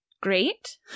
great